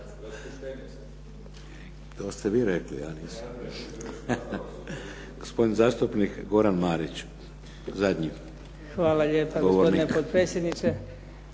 To ste vi rekli, ja nisam. Gospodin zastupnik Goran Marić zadnji. **Marić, Goran (HDZ)**